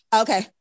Okay